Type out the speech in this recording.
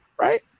Right